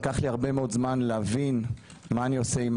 לקח לי הרבה מאוד זמן להבין מה אני עושה עם